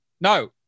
no